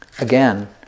Again